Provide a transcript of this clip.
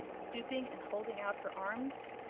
stooping and holding out her arms.